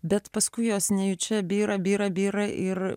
bet paskui jos nejučia byra byra byra ir